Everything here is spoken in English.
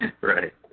Right